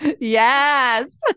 Yes